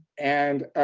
and